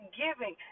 giving